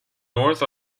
north